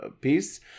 piece